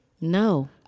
No